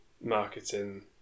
marketing